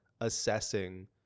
assessing